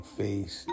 face